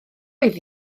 oedd